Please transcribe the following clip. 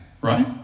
right